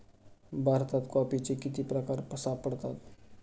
भारतात कॉफीचे किती प्रकार सापडतात?